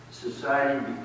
Society